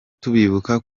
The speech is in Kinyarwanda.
tubibuka